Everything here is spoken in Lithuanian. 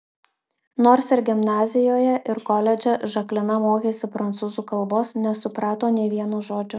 nors ir gimnazijoje ir koledže žaklina mokėsi prancūzų kalbos nesuprato nė vieno žodžio